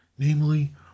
namely